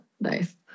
Nice